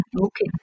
Okay